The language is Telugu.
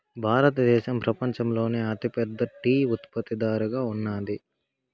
భారతదేశం పపంచంలోనే అతి పెద్ద టీ ఉత్పత్తి దారుగా ఉన్నాది